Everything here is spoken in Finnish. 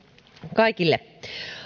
kaikille